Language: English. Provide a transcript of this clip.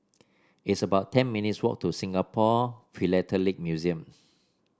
it's about ten minutes' walk to Singapore Philatelic Museum